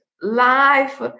Life